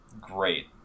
great